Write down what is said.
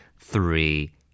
three